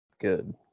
good